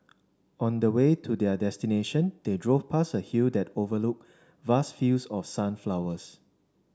on the way to their destination they drove past a hill that overlooked vast fields of sunflowers